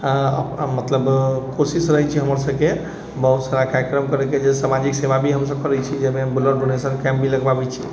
मतलब कोशिश रहै छै हमर सबके बहुत सारा कार्यक्रम करैके जे सामाजिक सेवा भी हमसब करै छिए ब्लड डोनेशन कैम्प भी लगबाबै छिए